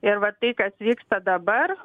ir va tai kas vyksta dabar